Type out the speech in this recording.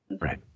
right